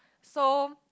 so